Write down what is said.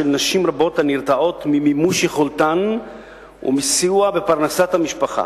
נשים רבות הנרתעות ממימוש יכולתן ומסיוע בפרנסת המשפחה.